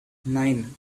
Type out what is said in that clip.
nine